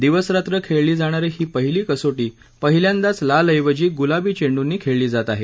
दिवस रात्र खेळली जाणारी ही पहिली कसोटी पहिल्यांदाच लाल ऐवजी गुलाबी चेंडूनी खेळली जात आहे